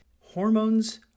Hormones